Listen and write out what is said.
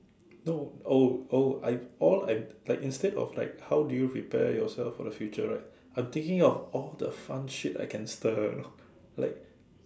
no oh oh I've all I like like instead of like how do you prepare yourself for the future right I'm thinking of all the fun shit I can stir lor like